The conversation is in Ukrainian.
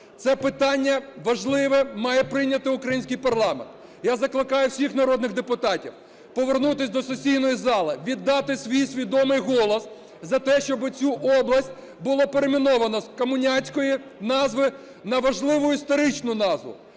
Це питання важливе має прийняти український парламент. Я закликаю всіх народних депутатів, повернутися до сесійної зали, віддати свій свідомий голос за те, щоб цю область було перейменовано з комуняцької назви на важливу історичну назву.